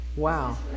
Wow